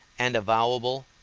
and avowable,